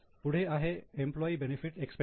पुढे आहे employee benefit expense